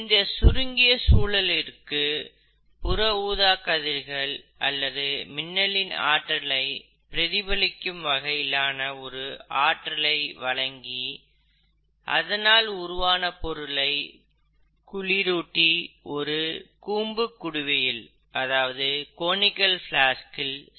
இந்த சுருங்கிய சூழலுக்கு புற ஊதாக் கதிர்கள் அல்லது மின்னலின் ஆற்றலை பிரதிபலிக்கும் வகையிலான ஒரு ஆற்றலை வழங்கி அதனால் உருவான பொருளை குளிரூட்டி ஒரு கூம்பு குடுவையில் சேகரித்தார்கள்